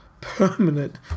permanent